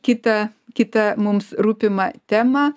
kitą kitą mums rūpimą temą